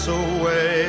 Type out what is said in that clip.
away